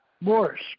Morris